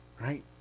right